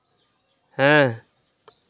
ᱦᱮᱸ